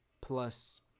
plus